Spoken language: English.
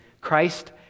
Christ